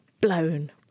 blown